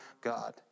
God